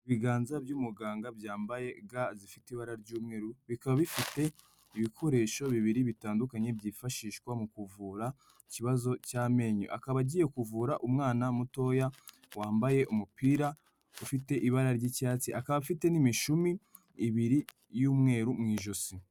Ibiganza by'umuganga byambaye ga zifite ibara ry'umweru, bikaba bifite ibikoresho bibiri bitandukanye byifashishwa mu kuvura ikibazo cy'amenyo, akaba agiye kuvura umwana mutoya wambaye umupira ufite ibara ry'icyatsi, akaba afite n'imishumi ibiri y'umweru mu ijosi.